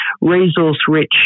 resource-rich